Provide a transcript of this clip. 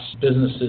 businesses